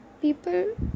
People